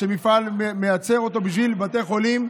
שמפעל מייצר אותו בשביל בתי חולים,